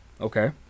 Okay